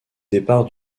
départ